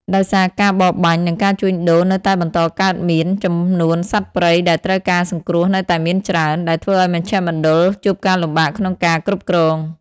ដោយសារការបរបាញ់ និងការជួញដូរនៅតែបន្តកើតមាន ចំនួនសត្វព្រៃដែលត្រូវការសង្គ្រោះនៅតែមានច្រើន ដែលធ្វើឱ្យមជ្ឈមណ្ឌលជួបការលំបាកក្នុងការគ្រប់គ្រង។